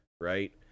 right